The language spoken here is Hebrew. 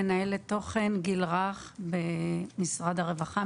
מנהלת תוכן גיל רך במשרד הרווחה,